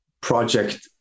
project